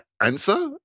answer